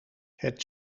het